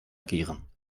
agieren